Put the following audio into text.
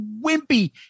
wimpy